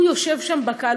והוא יושב שם בקהל,